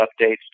updates